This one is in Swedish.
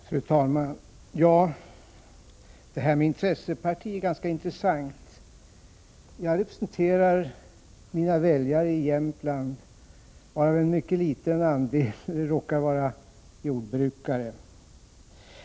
Fru talman! Det här med intresseparti är ganska intressant. Jag representerar mina väljare i Jämtland och Härjedalen, varav en liten andel råkar vara jordbrukare.